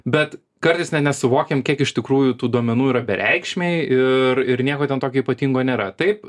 bet kartais net nesuvokiam kiek iš tikrųjų tų duomenų yra bereikšmiai ir ir nieko ten tokio ypatingo nėra taip